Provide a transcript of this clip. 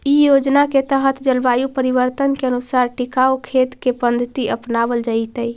इ योजना के तहत जलवायु परिवर्तन के अनुसार टिकाऊ खेत के पद्धति अपनावल जैतई